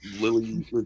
Lily